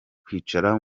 kwicara